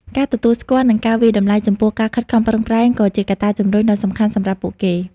ការទទួលស្គាល់ និងការវាយតម្លៃចំពោះការខិតខំប្រឹងប្រែង ក៏ជាកត្តាជំរុញដ៏សំខាន់សម្រាប់ពួកគេ។